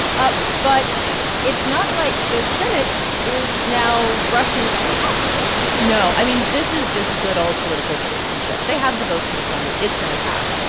but it's not like the senate is now rushing to pass it no. i mean, this is just good, old political gamesmanship. they have the votes in the senate. it's going to pass.